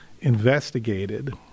investigated